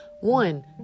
one